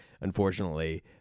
unfortunately